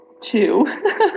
two